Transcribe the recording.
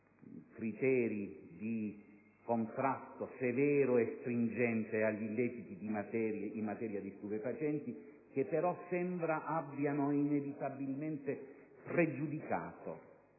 criteri di contrasto severo e stringente agli illeciti in materia di stupefacenti, che però sembra abbiano inevitabilmente pregiudicato